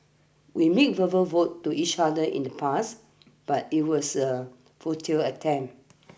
we made verbal vote to each other in the past but it was a futile attempt